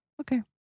Okay